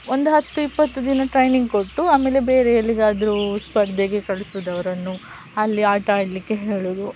ಒಂದು ಹತ್ತು ಇಪ್ಪತ್ತು ದಿನ ಟ್ರೈನಿಂಗ್ ಕೊಟ್ಟು ಆಮೇಲೆ ಬೇರೆ ಎಲ್ಲಿಗಾದರು ಸ್ಪರ್ಧೆಗೆ ಕಳ್ಸುದು ಅವರನ್ನು ಅಲ್ಲಿ ಆಟ ಆಡಲಿಕ್ಕೆ ಹೇಳೋದು